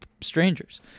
strangers